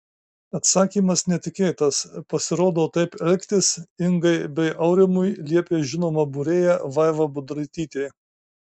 atsakymas netikėtas pasirodo taip elgtis ingai bei aurimui liepė žinoma būrėja vaiva budraitytė